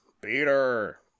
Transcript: Peter